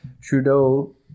Trudeau